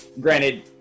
granted